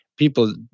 People